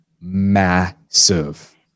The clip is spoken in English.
massive